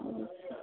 अच्छा